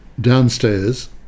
downstairs